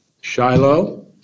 Shiloh